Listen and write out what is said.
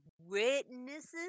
witnesses